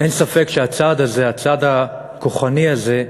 אין ספק שהצעד הזה, הצעד הכוחני הזה,